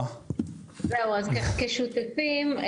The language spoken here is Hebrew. כשותפים,